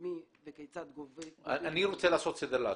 מי וכיצד גובים --- אני רוצה לעשות סדר לעצמי.